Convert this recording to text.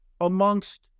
amongst